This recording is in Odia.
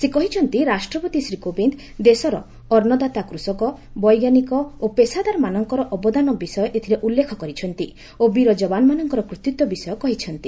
ସେ କହିଛନ୍ତି ରାଷ୍ଟ୍ରପତି ଶ୍ରୀ କୋବିନ୍ଦ ଦେଶର ଅନୁଦାତା କୃଷକ ବୈଜ୍ଞାନିକ ଓ ପେଶାଦାରମାନଙ୍କର ଅବଦାନ ବିଷୟ ଏଥିରେ ଉଲ୍ଲେଖ କରିଛନ୍ତି ଓ ବୀର ଯବାନମାନଙ୍କର କୃତିତ୍ୱ ବିଷୟ କହିଛନ୍ତି